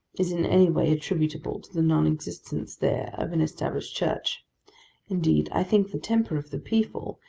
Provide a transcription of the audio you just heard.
is in any way attributable to the non-existence there of an established church indeed, i think the temper of the people,